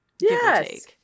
Yes